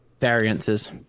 variances